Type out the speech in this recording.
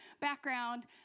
background